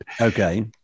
Okay